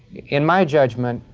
in my judgment,